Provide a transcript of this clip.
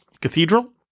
Cathedral